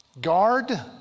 Guard